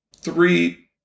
three